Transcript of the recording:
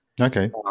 Okay